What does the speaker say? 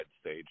stage